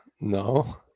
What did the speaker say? no